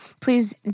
Please